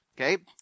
Okay